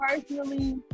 personally